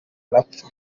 arapfa